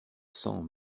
cent